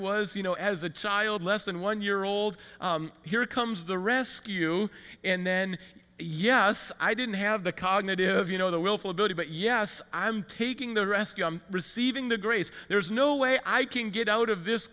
was you know as a child less than one year old here comes the rescue and then yes i didn't have the cognitive you know the willful ability but yes i'm taking the rescue i'm receiving the grace there is no way i can get out of this